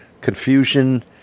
confusion